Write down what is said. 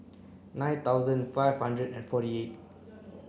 nine thousand five hundred and forty eight